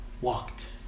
walked